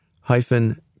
hyphen